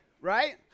right